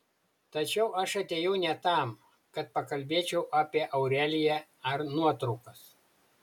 tačiau aš atėjau ne tam kad pakalbėčiau apie aureliją ar nuotraukas